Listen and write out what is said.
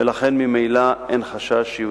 ולכן ממילא אין חשש שיודלפו.